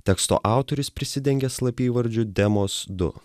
teksto autorius prisidengė slapyvardžiu demos du